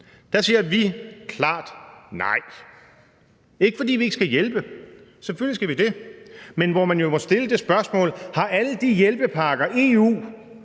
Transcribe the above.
Der siger vi klart nej; ikke fordi vi ikke skal hjælpe – selvfølgelig skal vi det – men her må vi jo stille det spørgsmål: Har alle de hjælpepakker, som EU